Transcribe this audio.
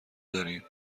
داریم